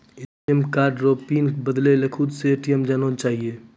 ATM card रो PIN खुद से बदलै लेली ए.टी.एम जाना चाहियो